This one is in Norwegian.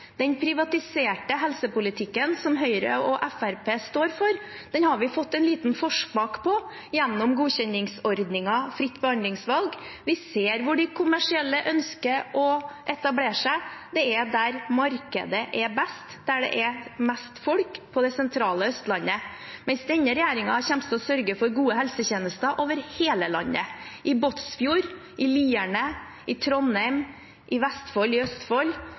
Den privatiserte helsepolitikken som Høyre og Fremskrittspartiet står for, har vi fått en liten forsmak på gjennom godkjenningsordningen fritt behandlingsvalg. Vi ser hvor de kommersielle ønsker å etablere seg: Det er der markedet er best, der det er mest folk, på det sentrale Østlandet. Men denne regjeringen kommer til å sørge for gode helsetjenester over hele landet – i Båtsfjord, i Lierne, i Trondheim, i Vestfold, i Østfold